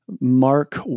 Mark